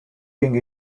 king